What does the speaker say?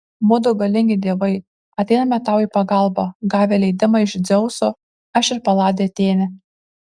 mudu galingi dievai ateiname tau į pagalbą gavę leidimą iš dzeuso aš ir paladė atėnė